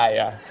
ah yeah.